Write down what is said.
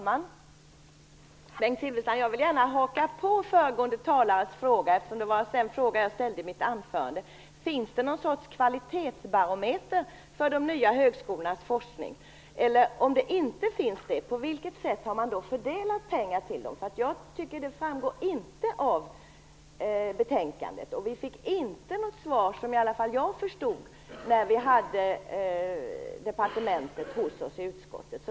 Herr talman! Jag vill gärna haka på föregående talares fråga, Bengt Silfverstrand, eftersom det var en fråga jag ställde i mitt anförande. Finns det någon sorts kvalitetsbarometer för de nya högskolornas forskning? På vilket sätt har man fördelat pengar till dem om det inte finns någon sådan? Det framgår inte av betänkandet. Vi fick inte något svar som jag förstod när vi hade departementet hos oss i utskottet.